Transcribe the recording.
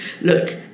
look